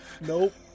Nope